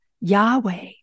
Yahweh